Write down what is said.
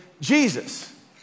Jesus